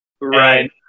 Right